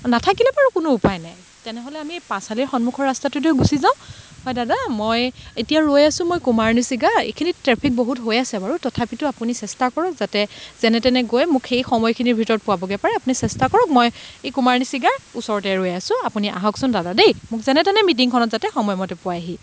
নাথাকিলে বাৰু কোনো উপায় নাই তেনেহ'লে আমি পাঁচ আলিৰ সন্মুখৰ ৰাস্তাটো দি গুচি যাওঁ হয় দাদা মই এতিয়া ৰৈ আছোঁ মই কুমাৰণিছিগা এইখিনিত ট্ৰেফিক বহুত হৈ আছে বাৰু তথাপিতো আপুনি চেষ্টা কৰক যাতে যেনে তেনে গৈ মোক সেই সময়খিনিৰ ভিতৰত পোৱাবগে পাৰে আপুনি চেষ্টা কৰক মই এই কুমাৰণিছিগাৰ ওচৰতে ৰৈ আছোঁ আপুনি আহকচোন দাদা দেই মোক যেনেতেনে মিটিংখনত যাতে সময়মতে পোৱাইহি